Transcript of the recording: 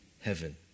heaven